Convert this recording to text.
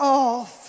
off